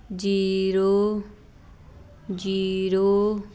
zero zero